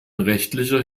rechtlicher